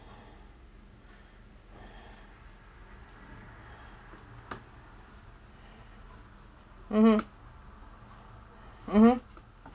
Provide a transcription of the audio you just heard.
mmhmm mmhmm